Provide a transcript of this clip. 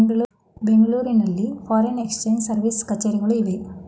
ಬೆಂಗಳೂರಿನಲ್ಲಿ foreign exchange service ಕಛೇರಿಗಳು ಇವೆ